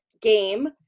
game